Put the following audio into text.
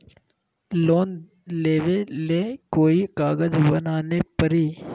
Loan लेबे ले कोई कागज बनाने परी?